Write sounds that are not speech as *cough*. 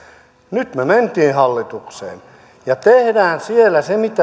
nyt me menimme hallitukseen ja teemme siellä sen mitä *unintelligible*